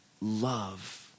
love